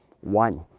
one